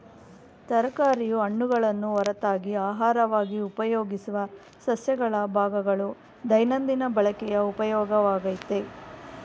ತರಕಾರಿಯು ಹಣ್ಣುಗಳನ್ನು ಹೊರತಾಗಿ ಅಹಾರವಾಗಿ ಉಪಯೋಗಿಸುವ ಸಸ್ಯಗಳ ಭಾಗಗಳು ದೈನಂದಿನ ಬಳಕೆಯ ಉಪಯೋಗವಾಗಯ್ತೆ